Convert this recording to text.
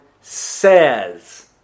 says